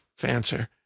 fancer